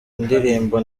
indirimbo